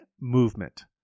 movement